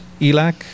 ELAC